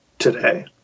today